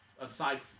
Aside